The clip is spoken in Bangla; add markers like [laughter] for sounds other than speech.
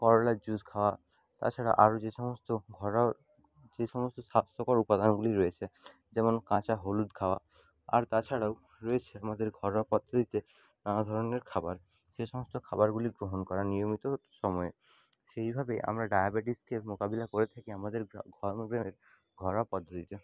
করলার জুস খাওয়া তাছাড়া আরো যে সমস্ত ঘরোয়া যে সমস্ত স্বাস্থ্যকর উপাদানগুলি রয়েছে যেমন কাঁচা হলুদ খাওয়া আর তাছাড়াও রয়েছে আমাদের ঘরোয়া পদ্ধতিতে নানা ধরনের খাবার সে সমস্ত খাবারগুলি গ্রহণ করা নিয়মিত সময়ে সেইভাবেই আমরা ডায়াবেটিসকে মোকাবিলা করে থাকি আমাদের গ্রা [unintelligible] ঘরোয়া পদ্ধতিতে